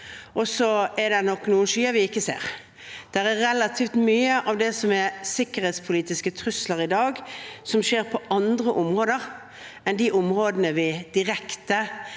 og så er det nok noen skyer vi ikke ser. Det er relativt mye av det som er sikkerhetspolitiske trusler i dag, som skjer på andre områder enn de områdene vi ser direkte.